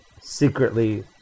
secretly